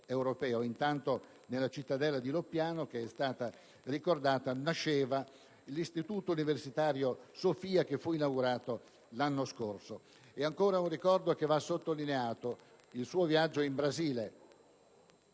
Intanto, nella cittadella di Loppiano, che è stata ricordata, nasceva l'Istituto universitario Sophia, inaugurato l'anno scorso. Voglio ricordare anche il suo viaggio in Brasile: